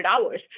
hours